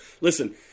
listen